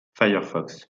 firefox